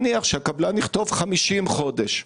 הקבלן היום יכתוב 50 חודשים.